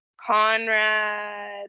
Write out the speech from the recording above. Conrad